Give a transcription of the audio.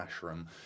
Ashram